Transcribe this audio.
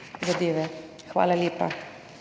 Hvala lepa.